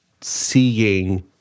seeing